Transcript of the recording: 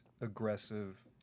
aggressive